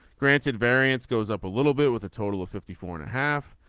granted variance goes up a little bit with a total of fifty four and a half.